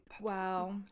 Wow